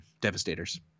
devastators